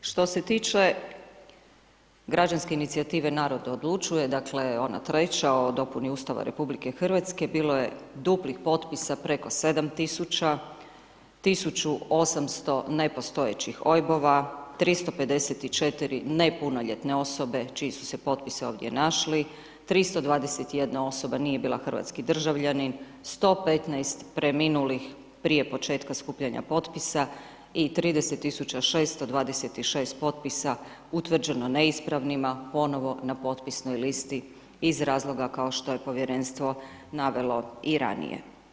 Što se tiče Građanske inicijative Narod odlučuje, dakle ona treća o dopuni Ustava RH bilo je duplih potpisa preko 7.000, 1.800 nepostojećih OIB-ova, 354 nepunoljetne osobe čiji su se potpisi ovdje našli, 321 osoba nije bila Hrvatski državljanin, 115 preminulih prije početka skupljanja potpisa i 30.626 potpisa utvrđeno neispravnima ponovo na potpisnoj listi iz razloga kao što je povjerenstvo navelo i ranije.